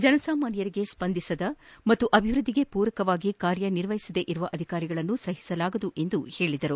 ಜನಸಾಮಾನ್ಯರಿಗೆ ಸ್ವಂದಿಸದ ಹಾಗೂ ಅಭಿವೃದ್ಧಿಗೆ ಮೂರಕವಾಗಿ ಕಾರ್ಯನಿರ್ವಹಿಸದ ಅಧಿಕಾರಿಗಳನ್ನು ಸಹಿಸಲಾಗದು ಎಂದು ಹೇಳಿದರು